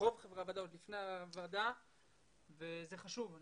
רוב חברי הוועדה לפני הישיבה וזה חשוב,